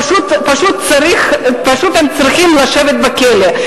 פשוט צריכים לשבת בכלא,